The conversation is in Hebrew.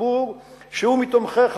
ציבור שהוא מתומכיך,